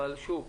אבל שוב,